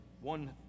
one